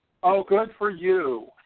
oh good for you.